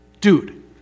Dude